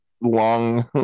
long